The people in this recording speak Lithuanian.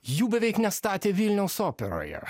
jų beveik nestatė vilniaus operoje